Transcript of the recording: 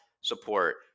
support